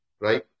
right